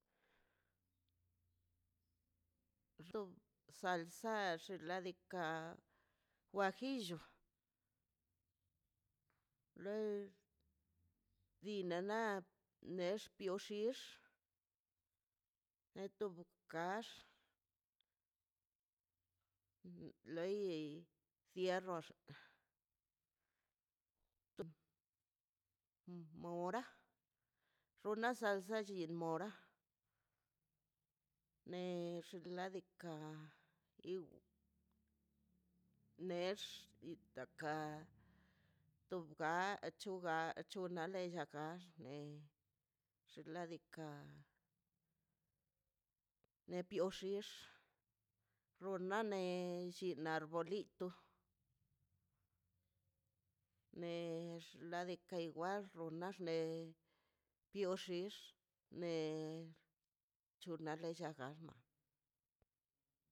Ru salsa di ladika guajillo loi dinana nex pioxix neto kax loi fierrox mora runa salsa mora nex xinaldika nex itaka tobga chuga chuna kax le xinladika nepioxix runa ne llinna' arbolito nex nadika igual xuna ne pioxix nee chuna cheba gana